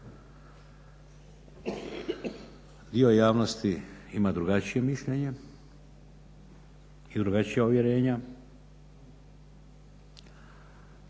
Dio javnosti ima drugačije mišljenje i drugačija uvjerenja